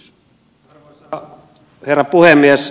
arvoisa herra puhemies